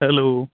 hello